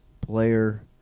player